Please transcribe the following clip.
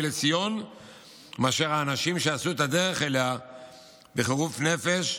לציון מאשר האנשים שעשו את הדרך אליה בחירוף נפש,